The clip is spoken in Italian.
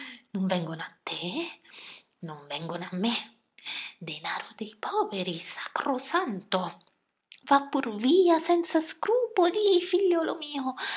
non vengono a te non vengono a me denaro dei poveri sacrosanto va pur via senza scrupoli figliuolo mio